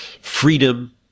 freedom